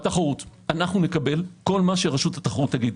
אנו נקבל כל מה שרשות התחרות תגיד.